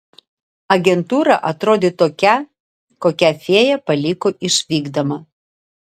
agentūra atrodė tokia kokią fėja paliko išvykdama